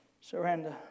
surrender